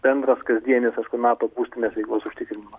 bendras kasdienis aišku nato būstinės veiklos užtikrinima